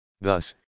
Thus